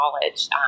knowledge